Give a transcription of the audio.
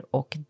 och